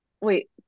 wait